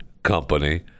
company